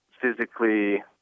physically